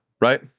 Right